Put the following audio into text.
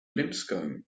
lipscomb